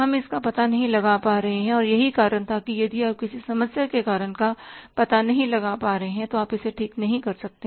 हम इसका पता नहीं लगा पा रहे हैं और यही कारण था कि यदि आप किसी समस्या के कारण का पता नहीं लगा पा रहे हैं तो आप इसे ठीक नहीं कर सकते